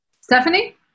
Stephanie